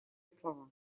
слова